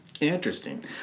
interesting